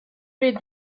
les